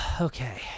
Okay